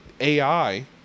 AI